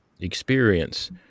experience